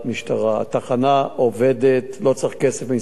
התחנה עובדת, לא צריך כסף משר הדתות.